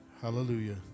Hallelujah